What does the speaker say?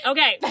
Okay